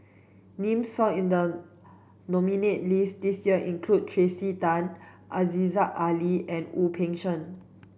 names found in the nominees' list this year include Tracey Tan Aziza Ali and Wu Peng Seng